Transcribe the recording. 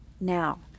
now